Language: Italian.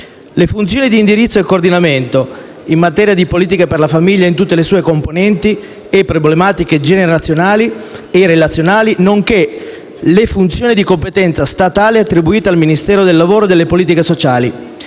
funzioni di indirizzo e coordinamento in materia di politiche per la famiglia in tutte le sue componenti e problematiche generazionali e relazionali, nonché delle funzioni di competenza statale attribuite al Ministero del lavoro e delle politiche sociali